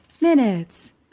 minutes